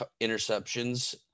interceptions